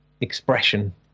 expression